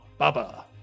Bubba